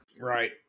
Right